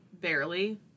barely